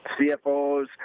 CFOs